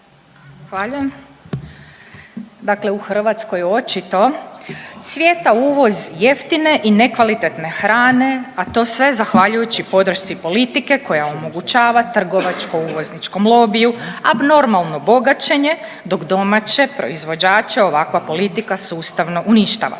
Dakle, u Hrvatskoj očito cvjeta uvoz jeftine i nekvalitetne hrane, a to sve zahvaljujući podršci politike koja omogućava trgovačko uvozničkom lobiju, a normalno bogaćenje dok domaće proizvođače ovakva politika sustavno uništava.